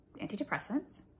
antidepressants